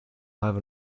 have